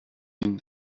seen